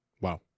Wow